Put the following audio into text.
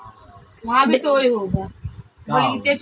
Debit card होने के क्या फायदे हैं?